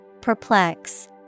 Perplex